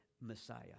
Messiah